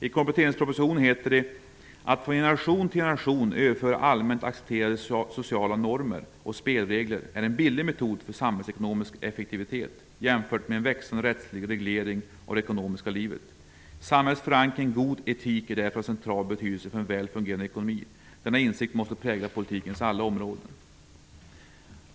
I kompletteringspropositionen står det: ''Att från generation till generation överföra allmänt accepterade sociala normer och spelregler är en billig metod för samhällsekonomisk effektivitet jämfört med en växande rättslig reglering av det ekonomiska livet. Samhällets förankring i en god etik är därför av central betydelse för en väl fungerande ekonomi. Denna insikt måste prägla politikens alla områden.''